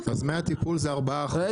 אז דמי הטיפול זה ארבעה אחוז,